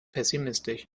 pessimistisch